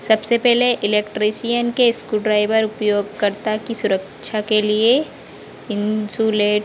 सबसे पहले इलेक्ट्रीशियन के स्क्रू ड्राइवर उपयोगकर्ता की सुरक्षा के लिए इंसुलेट